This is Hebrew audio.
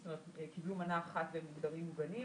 זאת אומרת קיבלו מנה אחת והם מוגדרים מוגנים.